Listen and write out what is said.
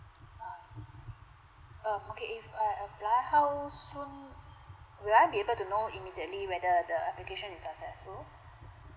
oh I see um okay if I apply how soon will I be able to know immediately whether the application is successful